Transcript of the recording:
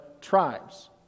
tribes